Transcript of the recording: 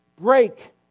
break